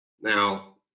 Now